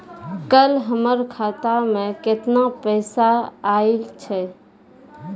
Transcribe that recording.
कल हमर खाता मैं केतना पैसा आइल छै?